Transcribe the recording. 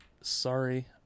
Sorry